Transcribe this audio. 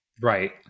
Right